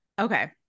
okay